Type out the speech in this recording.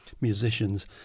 musicians